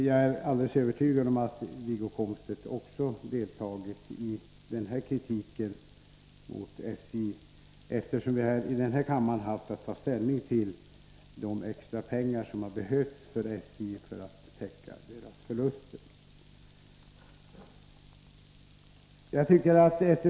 Jag är alldeles övertygad om att också Wiggo Komstedt deltagit idenna kritik mot SJ, eftersom man här i kammaren haft att ta ställning till de extra pengar som har behövts för att täcka SJ:s förluster.